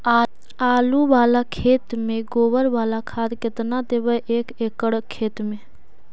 आलु बाला खेत मे गोबर बाला खाद केतना देबै एक एकड़ खेत में?